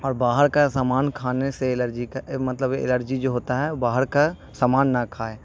اور باہر کا سامان کھانے سے الرجی کا مطلب الرجی جو ہوتا ہے باہر کا سامان نہ کھائے